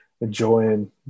enjoying